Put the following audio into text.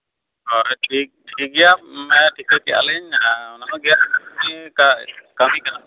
ᱦᱳᱭ ᱴᱷᱤᱠ ᱴᱷᱤᱠᱜᱮᱭᱟ ᱦᱮᱸ ᱫᱤᱥᱟᱹ ᱠᱮᱜᱼᱟ ᱞᱤᱧ ᱟᱨ ᱚᱱᱟᱜᱮ ᱟᱹᱞᱤᱧ ᱞᱤᱧ ᱠᱟᱹᱢᱤ ᱠᱟᱱᱟ